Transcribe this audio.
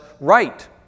right